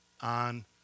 on